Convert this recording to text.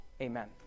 Amen